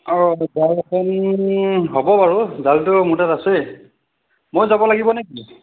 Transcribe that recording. অঁ হ'ব বাৰু মোৰ তাত আছেই মই যাব লাগিব নেকি